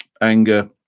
Anger